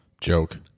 Joke